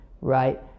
right